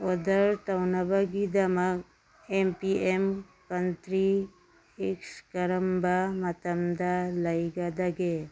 order ꯇꯧꯅꯕꯒꯤꯗꯃꯛ M P M country ꯑꯦꯛꯁ ꯀꯔꯝꯕ ꯃꯇꯝꯗ ꯂꯩꯒꯗꯒꯦ